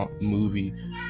movie